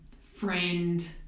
friend